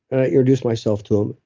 i introduced myself to them,